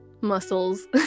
Muscles